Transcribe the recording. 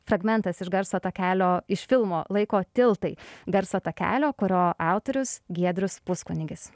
fragmentas iš garso takelio iš filmo laiko tiltai garso takelio kurio autorius giedrius puskunigis